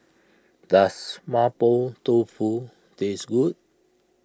does Mapo Tofu taste good